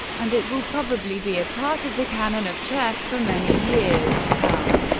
and it will probably be a part of the canon of chess for many years to come.